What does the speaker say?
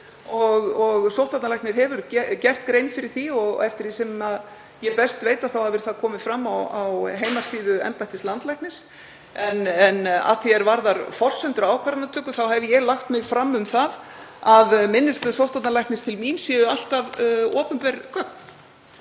og sóttvarnalæknir hefur gert grein fyrir því og eftir því sem ég best veit hefur það komið fram á heimasíðu embættis landlæknis. Að því er varðar forsendur ákvarðanatöku hef ég lagt mig fram um það að minnisblað sóttvarnalæknis til mín séu alltaf opinber gögn.